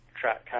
track